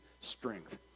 strength